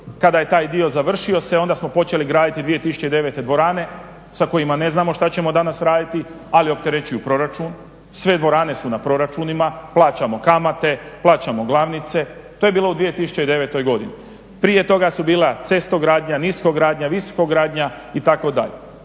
Kada je taj dio završio se onda smo počeli graditi 2009. dvorane sa kojima ne znamo što ćemo danas raditi, ali opterećuju proračun. Sve dvorane su na proračunima, plaćamo kamate, plaćamo glavnice. To je bilo u 2009. godini. Prije toga su bila cestogradnja, niskogradnja, visokogradnja itd.